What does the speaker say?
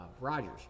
Rogers